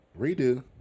redo